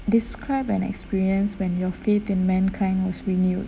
describe an experience when your faith in mankind was renewed